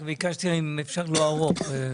רק ביקשתי אם אפשר לא להאריך בדברים.